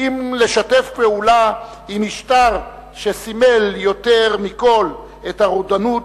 אם לשתף פעולה עם משטר שסימל יותר מכול את הרודנות,